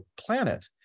planet